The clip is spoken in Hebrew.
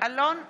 אלון שוסטר,